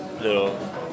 little